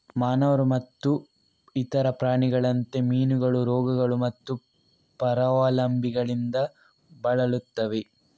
ಮಾನವರು ಮತ್ತು ಇತರ ಪ್ರಾಣಿಗಳಂತೆ, ಮೀನುಗಳು ರೋಗಗಳು ಮತ್ತು ಪರಾವಲಂಬಿಗಳಿಂದ ಬಳಲುತ್ತವೆ